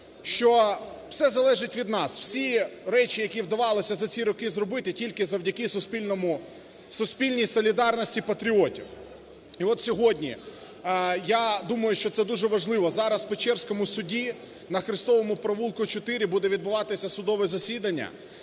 що все залежить від нас. Всі речі, які вдавалося за ці роки зробити, тільки завдяки суспільній солідарності патріотів. І от сьогодні, я думаю, що це дуже важливо: зараз у Печерському суді на Хрестовому провулку, 4 буде відбуватися судове засідання,